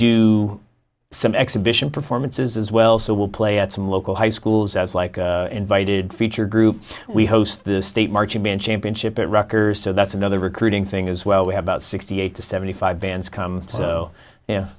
do some exhibition performances as well so we'll play at some local high schools as like invited feature group we host the state marching band championship at rucker so that's another recruiting thing as well we have about sixty eight to seventy five bands come so